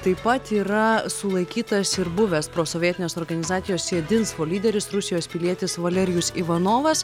taip pat yra sulaikytas ir buvęs prosovietinės organizacijos jedinstvo lyderis rusijos pilietis valerijus ivanovas